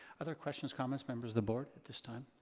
other questions, comments, members of the board at this time?